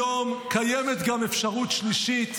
המודיע, היום: "קיימת גם אפשרות שלישית"